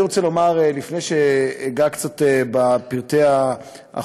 אני רוצה לומר, לפני שאגע קצת בפרטי החוק: